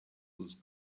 with